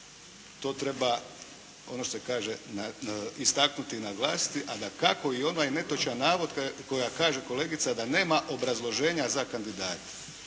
To treba, ono što se kaže istaknuti i naglasiti. A dakako i onaj netočan navod koja kaže kolegica da nema obrazloženja za kandidate.